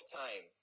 time